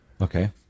Okay